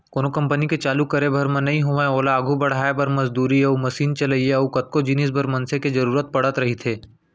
कोनो कंपनी के चालू करे भर म नइ होवय ओला आघू बड़हाय बर, मजदूरी अउ मसीन चलइया अउ कतको जिनिस बर मनसे के जरुरत पड़त रहिथे